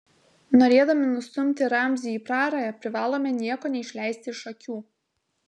norėdami nustumti ramzį į prarają privalome nieko neišleisti iš akių